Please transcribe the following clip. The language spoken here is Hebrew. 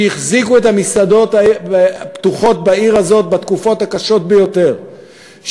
שהחזיקו את המסעדות פתוחות בעיר הזאת בתקופות הקשות ביותר,